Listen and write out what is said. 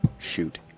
Shoot